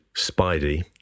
Spidey